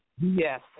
Yes